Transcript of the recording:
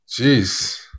Jeez